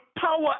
power